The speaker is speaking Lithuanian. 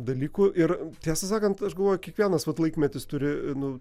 dalykų ir tiesą sakant aš galvoju kiekvienas vat laikmetis turi nu